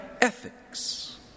ethics